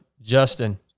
Justin